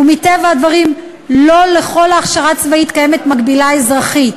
ומטבע הדברים לא לכל הכשרה צבאית יש מקבילה אזרחית.